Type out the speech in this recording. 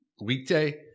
weekday